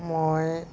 মই